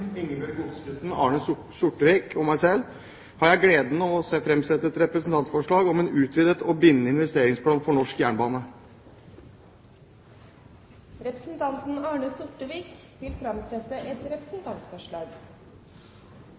Ingebjørg Godskesen, Arne Sortevik og meg selv har jeg gleden av å framsette et representantforslag om en utvidet og bindende investeringsplan for norsk jernbane. Representanten Arne Sortevik vil framsette et representantforslag.